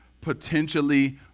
potentially